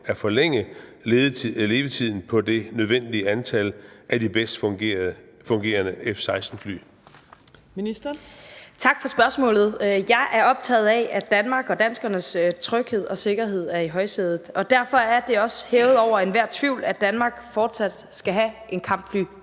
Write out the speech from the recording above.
(Trine Torp): Ministeren. Kl. 14:20 Forsvarsministeren (Trine Bramsen): Tak for spørgsmålet. Jeg er optaget af, at Danmark og danskernes tryghed og sikkerhed er i højsædet, og derfor er det også hævet over enhver tvivl, at Danmark fortsat skal have en